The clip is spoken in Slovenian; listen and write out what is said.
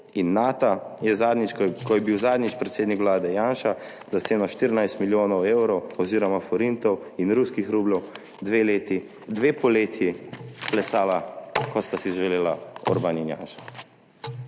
in Nata, je, ko je bil zadnjič predsednik vlade Janša, za ceno 14 milijonov evrov oziroma forintov in ruskih rubljev dve poletji plesala, kot sta si želela Orban in Janša.